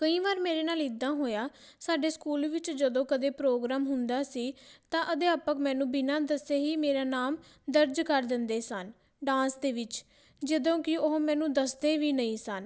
ਕਈ ਵਾਰ ਮੇਰੇ ਨਾਲ ਇੱਦਾਂ ਹੋਇਆ ਸਾਡੇ ਸਕੂਲ ਵਿੱਚ ਜਦੋਂ ਕਦੇ ਪ੍ਰੋਗਰਾਮ ਹੁੰਦਾ ਸੀ ਤਾਂ ਅਧਿਆਪਕ ਮੈਨੂੰ ਬਿਨਾਂ ਦੱਸੇ ਹੀ ਮੇਰਾ ਨਾਮ ਦਰਜ ਕਰ ਦਿੰਦੇ ਸਨ ਡਾਂਸ ਦੇ ਵਿੱਚ ਜਦੋਂ ਕਿ ਉਹ ਮੈਨੂੰ ਦੱਸਦੇ ਵੀ ਨਹੀਂ ਸਨ